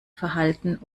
verhalten